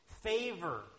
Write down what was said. favor